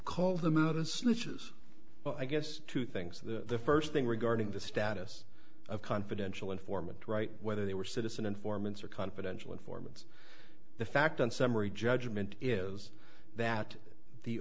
call the mother snitches well i guess two things the first thing regarding the status of confidential informant right whether they were citizen informants or confidential informants the fact on summary judgment is that the